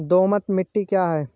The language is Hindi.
दोमट मिट्टी क्या है?